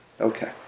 Okay